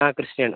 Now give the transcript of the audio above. ആ ക്രിസ്റ്റ ആണ്